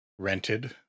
rented